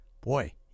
boy